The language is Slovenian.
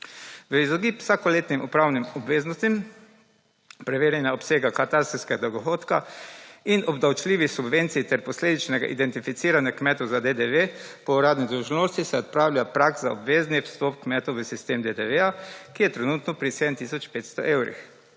V izogib vsakoletnim upravnim obveznostim preverjanja obsega katastrskega dohodka in obdavčljivi subvenciji ter posledično identificiranje kmetov za DDV po uradni dolžnosti se odpravlja prag za obvezni vstop kmetov v sistem DDV, ki je trenutno pri 7 tisoč 500 evrih.